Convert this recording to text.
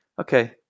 okay